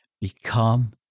become